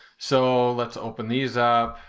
so, let's open these up.